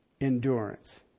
endurance